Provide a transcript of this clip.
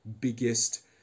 biggest